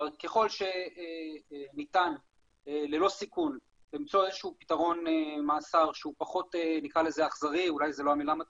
ככל שניתן ללא סיכון למצוא פתרון מאסר שהוא פחות קשה,